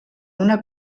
una